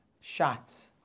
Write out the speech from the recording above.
shots